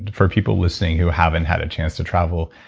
for people listening, who haven't had a chance to travel,